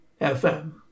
FM